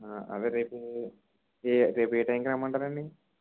అదే రేపు ఏ రేపు ఏ టైంకి రమ్మంటారండి